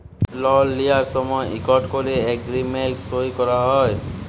লল লিঁয়ার সময় ইকট ক্যরে এগ্রীমেল্ট সই ক্যরা হ্যয়